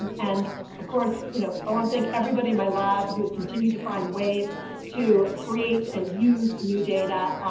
and of course, you know, i want to thank everybody in my lab who has continued to find ways to create and use new data.